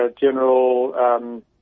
General